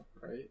Right